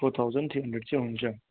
four thousand three hundred चाहिँ हुन्छ